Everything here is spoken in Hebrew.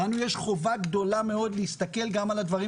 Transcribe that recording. לנו יש חובה גדולה מאוד להסתכל גם על הדברים